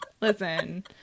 listen